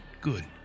good